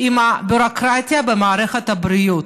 עם הביורוקרטיה במערכת הבריאות.